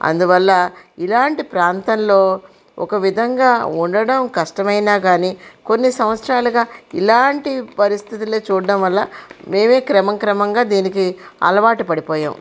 అందువల్ల ఇలాంటి ప్రాంతంలో ఒక విధంగా ఉండటం కష్టమైన కాని కొన్ని సంవత్సరాలుగా ఇలాంటి పరిస్థితులే చూడటం వల్ల మేమే క్రమక్రమంగా దీనికి అలవాటు పడిపోయాము